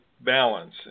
balance